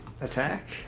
attack